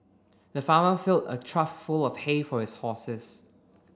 the farmer filled a trough full of hay for his horses